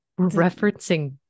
referencing